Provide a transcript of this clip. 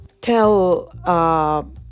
tell